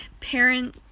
parent